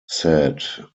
said